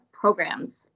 programs